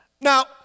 Now